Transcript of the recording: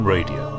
Radio